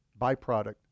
byproduct